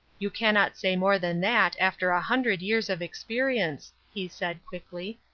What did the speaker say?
you cannot say more than that after a hundred years of experience, he said, quickly.